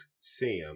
Sam